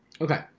Okay